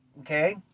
okay